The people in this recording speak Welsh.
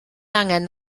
angen